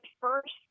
first